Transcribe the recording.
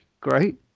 great